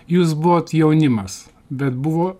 jūs buvot jaunimas bet buvo